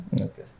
Okay